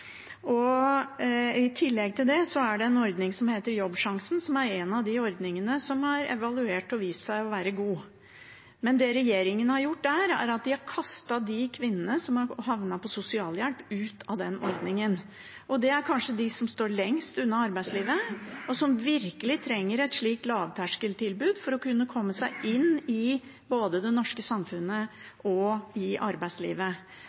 før? I tillegg er det en ordning som heter Jobbsjansen, som er en av de ordningene som er evaluert, og som har vist seg å være god. Men det regjeringen har gjort der, er at den har kastet de kvinnene som har havnet på sosialhjelp, ut av ordningen. Det er kanskje de som står lengst unna arbeidslivet, og som virkelig trenger et slikt lavterskeltilbud for å kunne komme seg inn i det norske samfunnet og inn i arbeidslivet.